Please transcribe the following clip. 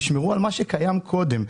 תשמרו על מה שקיים קודם.